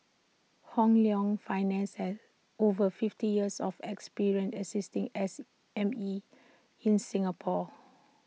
Hong Leong finances over fifty years of experience assisting S M E in Singapore